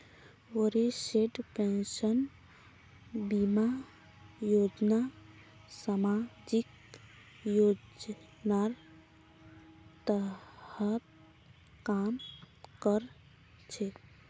वरिष्ठ पेंशन बीमा योजना सामाजिक योजनार तहत काम कर छेक